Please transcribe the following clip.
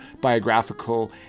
biographical